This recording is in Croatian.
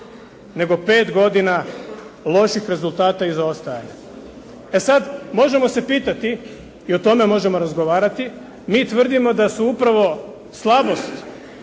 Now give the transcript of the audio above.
nego pet godina lošeg rezultata i zaostajanja. Pa sada možemo se pitati i o tome možemo razgovarati, mi tvrdimo da su upravo slabost